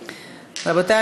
נתקבלה.